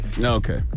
Okay